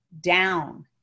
down